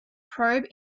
probe